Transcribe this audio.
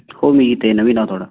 हो मी इथे नवीन आव थोडं